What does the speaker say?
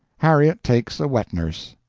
harriet takes a wet-nurse.